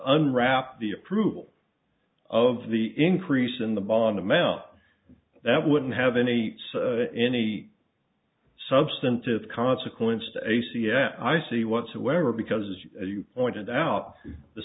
unwrap the approval of the increase in the bond amount that wouldn't have any any substantive consequence to a c s i see whatsoever because as you pointed out the